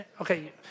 Okay